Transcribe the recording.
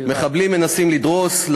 מחבלים מנסים לדרוס,